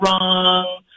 wrong